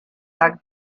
doug